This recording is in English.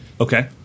Okay